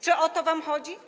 Czy o to wam chodzi?